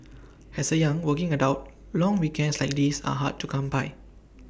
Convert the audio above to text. as A young working adult long weekends like these are hard to come by